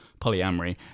polyamory